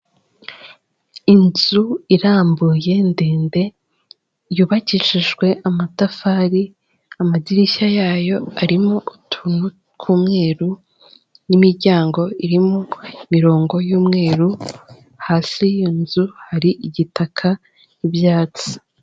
Inzu irambuye ndende yubakishijwe amatafari, amadirishya yayo arimo utuntu tw'umweru n'imiryango irimo imirongo y'umweru. Hasi y'iyo nzu hari igitaka n'ibyatsi.